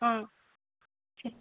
ఆ